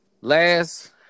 Last